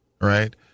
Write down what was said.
right